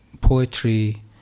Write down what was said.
poetry